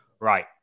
Right